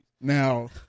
now